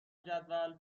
جدول